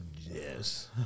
Yes